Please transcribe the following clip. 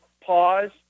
pause